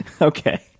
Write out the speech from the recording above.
Okay